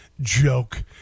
joke